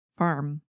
farm